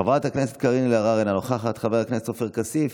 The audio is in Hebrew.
חבר הכנסת עידן רול,